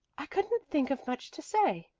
i couldn't think of much to say,